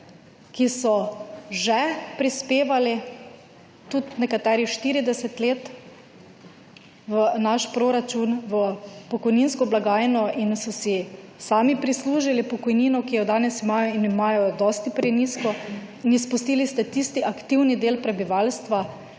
ki so že prispevali, nekateri tudi 40 let, v naš proračun, v pokojninsko blagajno in so si sami prislužili pokojnine, ki jih danes imajo, in imajo dosti prenizke, in izpustili ste tisti aktivni del prebivalstva,